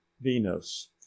venus